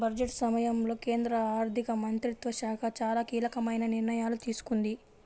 budget సమయంలో కేంద్ర ఆర్థిక మంత్రిత్వ శాఖ చాలా కీలకమైన నిర్ణయాలు తీసుకుంది